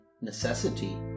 necessity